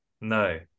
No